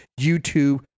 YouTube